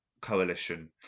coalition